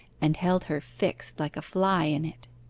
and held her fixed like a fly in it.